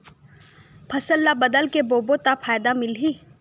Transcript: फसल ल बदल के बोबो त फ़ायदा मिलही?